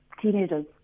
teenagers